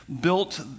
built